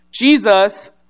Jesus